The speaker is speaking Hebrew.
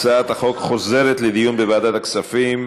הצעת החוק חוזרת לדיון בוועדת הכספים.